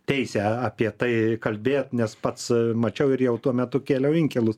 teisę apie tai kalbėt nes pats mačiau ir jau tuo metu kėliau inkilus